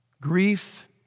Grief